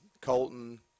Colton